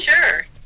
Sure